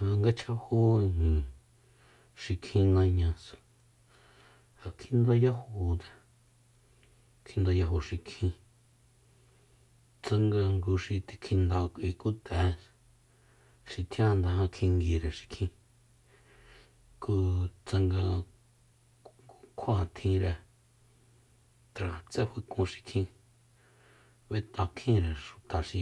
Ja nga chjajo ijin xikjin nañasa ja kjindayajo- kjindayajo xikjin tsanga nguxi tikjinda k'ui ku t'e xi tjian janda jan kum kjienguire xikjin ku tsanga ku- kjua tjinre tratse faekun xikjin b'et'a kjinre xuta xi